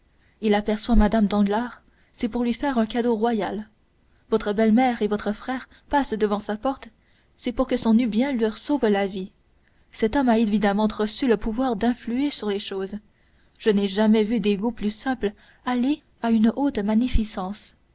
il aperçoit mme danglars c'est pour lui faire un cadeau royal votre belle-mère et votre frère passent devant sa porte c'est pour que son nubien leur sauve la vie cet homme a évidemment reçu le pouvoir d'influer sur les choses je n'ai jamais vu des goûts plus simples alliés à une haute magnificence